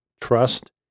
trust